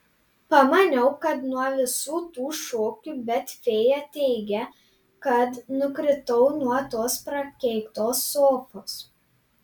pamaniau kad nuo visų tų šokių bet fėja teigia kad nukritau nuo tos prakeiktos sofos